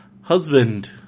husband